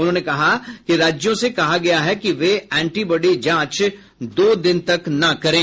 उन्होंने कहा कि राज्यों से कहा गया है कि वे एंटीबॉडी जांच दो दिन तक न करें